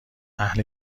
اهل